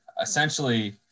Essentially